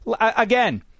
Again